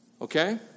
Okay